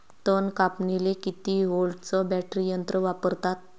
तन कापनीले किती व्होल्टचं बॅटरी यंत्र वापरतात?